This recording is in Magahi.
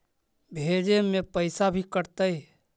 भेजे में पैसा भी कटतै?